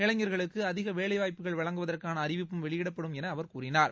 இளைஞர்களுக்கு அதிக வேலைவாய்ப்புகள் வழங்குவதற்கான அறிவிப்பும் வெளியிடப்படும் என அவர் கூறினார்